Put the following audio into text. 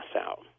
out